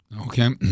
Okay